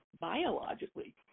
biologically